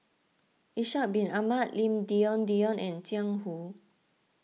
Ishak Bin Ahmad Lim Denan Denon and Jiang Hu